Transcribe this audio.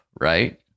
right